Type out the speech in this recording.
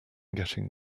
getting